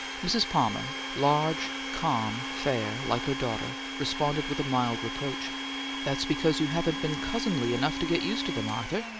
mrs. palmer, large, calm, fair, like her daughter, responded with a mild reproach that's because you haven't been cousinly enough to get used to them, arthur.